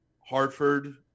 hartford